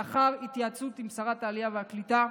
לאחר התייעצות עם שרת העלייה והקליטה,